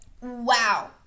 Wow